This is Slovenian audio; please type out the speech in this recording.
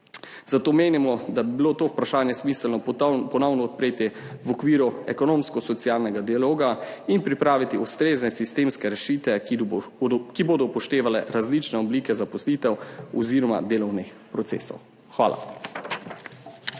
Zato menimo, da bi bilo to vprašanje smiselno ponovno odpreti v okviru ekonomsko-socialnega dialoga in pripraviti ustrezne sistemske rešitve, ki bodo upoštevale različne oblike zaposlitev oziroma delovnih procesov. Hvala.